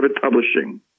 Publishing